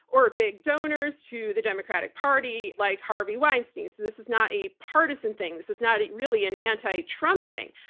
or big donors to the democratic party like harvey weinstein. so this is not a partisan thing. this is not really an anti-trump thing.